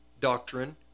doctrine